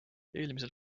eelmisel